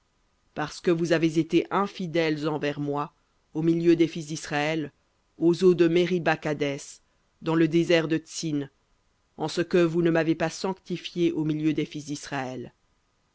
parce que vous avez été infidèles envers moi au milieu des fils d'israël aux eaux de meriba kadès dans le désert de tsin en ce que vous ne m'avez pas sanctifié au milieu des fils d'israël